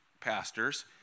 pastors